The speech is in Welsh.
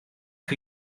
chi